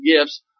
gifts